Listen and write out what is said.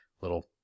little